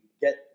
get